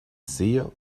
sehe